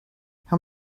how